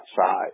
outside